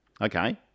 okay